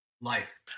life